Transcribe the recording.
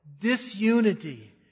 disunity